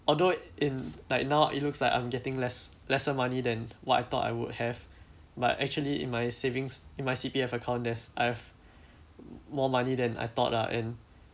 although in like now it looks like I'm getting less lesser money than what I thought I would have but actually in my savings in my C_P_F account there's I've more money than I thought lah and